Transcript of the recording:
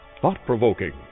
thought-provoking